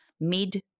mid